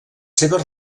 seves